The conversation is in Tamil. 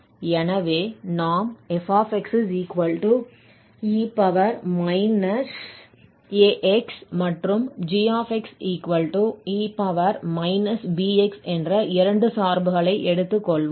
எனவே நாம் fe−ax மற்றும் g e−bx என்ற இரண்டு சார்புகளை எடுத்துக்கொள்வோம்